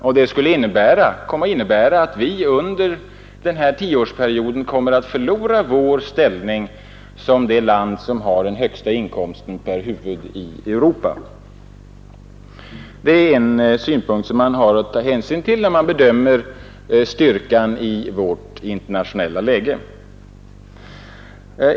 Detta skulle innebära att vi kommer att förlora vår ställning som det land som har den högsta inkomsten per huvud i Europa. Det är en synpunkt som man har att ta hänsyn till, när man bedömer styrkan i vårt internationella läge.